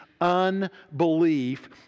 unbelief